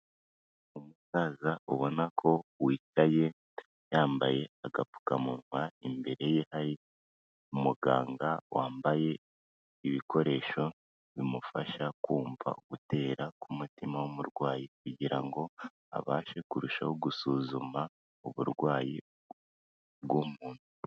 Umusaza ubona ko wicaye, yambaye agapfukamunwa, imbere ye hari umuganga wambaye ibikoresho bimufasha kumva gutera k'umutima w'umurwayi kugira ngo abashe kurushaho gusuzuma uburwayi bw'umuntu.